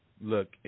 Look